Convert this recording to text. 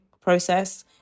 process